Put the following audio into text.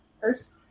first